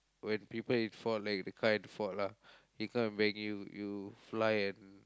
when people in fault right the car at fault lah the car bang you you fly and